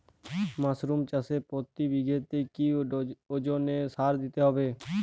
Mushroom চাষে প্রতি বিঘাতে কি ওজনে সার দিতে হবে?